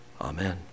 Amen